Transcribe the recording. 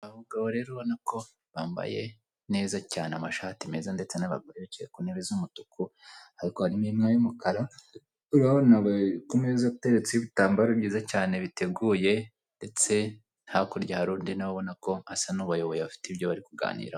Abo bagabo rero urabona ko bambaye neza cyane amashati meza ndetse nabicaye ku ntebe z'umutuku ariko harimo imwe y'umukara hari ameza ateretseho ibitambaro byiza cyane biteguye ndetse hakurya haru undi nawe ubona ko asa nubayoboye afite ibyo bari kuganiraraho.